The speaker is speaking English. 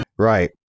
Right